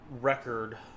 record